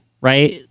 right